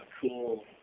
cool